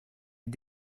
est